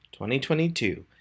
2022